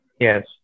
Yes